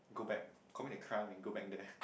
go back coming to climb and go back there